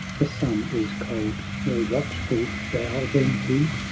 the sun is cold more watchful thou than he?